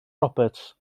roberts